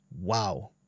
wow